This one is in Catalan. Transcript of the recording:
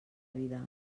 vida